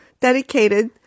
dedicated